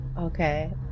Okay